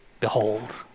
Behold